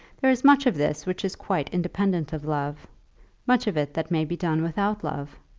there is much of this which is quite independent of love much of it that may be done without love.